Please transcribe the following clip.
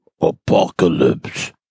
Apocalypse